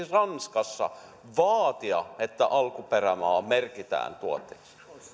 ranskassa vaatia että alkuperämaa merkitään tuotteeseen